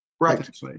Right